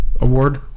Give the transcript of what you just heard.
award